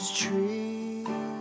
tree